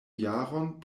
jaron